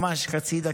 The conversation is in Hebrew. ממש חצי דקה.